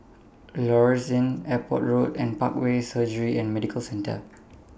Lloyds Inn Airport Road and Parkway Surgery and Medical Centre